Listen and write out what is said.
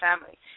family